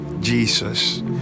jesus